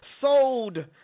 sold